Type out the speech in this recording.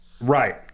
Right